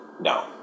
No